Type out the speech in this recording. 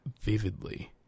vividly